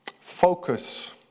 focus